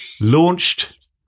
launched